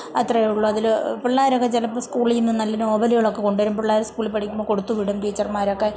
അത്രേ ഉള്ളു അതില് പിള്ളേരൊക്കെ ചിലപ്പോൾ സ്കൂളീന്ന് നല്ല നോവല്കളൊക്കെ കൊണ്ടെരും പിള്ളേര് സ്കൂളിൽ പഠിക്കുമ്പോൾ കൊടുത്തുവിടും ടീച്ചർമ്മാരൊക്കെ